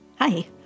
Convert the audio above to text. Hi